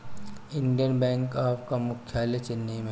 Indian bank कअ मुख्यालय चेन्नई में हवे